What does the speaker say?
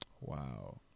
wow